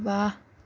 واہ